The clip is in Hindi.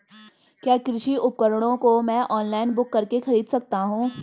क्या कृषि उपकरणों को मैं ऑनलाइन बुक करके खरीद सकता हूँ?